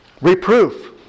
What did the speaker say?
Reproof